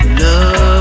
love